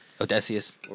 Odysseus